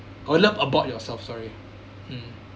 oh love about yourself sorry mm